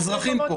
הם אזרחים פה.